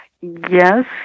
Yes